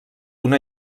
una